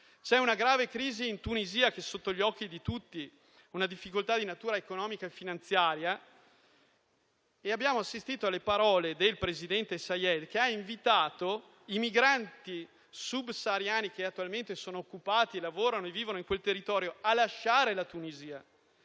C'è una grave crisi in Tunisia che è sotto gli occhi di tutti; una difficoltà di natura economica e finanziaria. Abbiamo ascoltato le parole del presidente Saïed che ha invitato i migranti subsahariani, che attualmente sono occupati, lavorano e vivono in quel territorio, a lasciare la Tunisia.